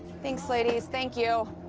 thanks, ladies. thank you.